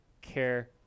care